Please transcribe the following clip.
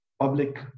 public